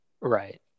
Right